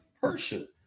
person